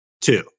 Two